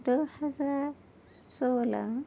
دو ہزار سولہ